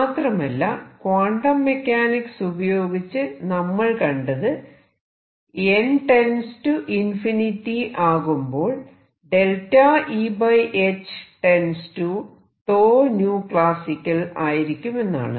മാത്രമല്ല quantum mechanics ഉപയോഗിച്ച് നമ്മൾ കണ്ടത് n →∞ ആകുമ്പോൾ Eh→τclasical ആയിരിക്കുമെന്നാണ്